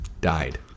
Died